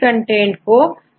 तो total number क्या होगा